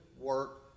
work